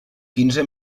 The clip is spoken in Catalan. quinze